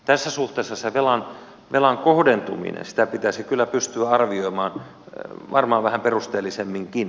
tässä suhteessa sen velan kohdentumista pitäisi kyllä pystyä arvioimaan varmaan vähän perusteellisemminkin